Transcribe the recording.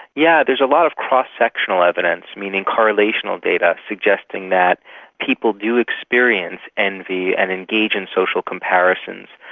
yeah there's a lot of cross sectional evidence, meaning correlational data suggesting that people do experience envy and engage in social comparisons.